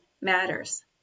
matters